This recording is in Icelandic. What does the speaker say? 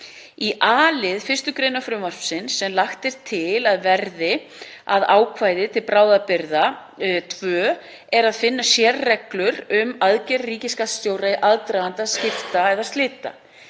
Í a-lið 1. gr. frumvarpsins, sem lagt er til að verði að ákvæði til bráðabirgða II, er að finna sérreglur um aðgerðir ríkisskattstjóra í aðdraganda skipta eða slita.